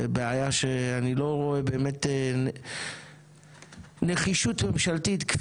זה בעיה שאני לא רואה באמת נחישות ממשלתית.